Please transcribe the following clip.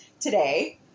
today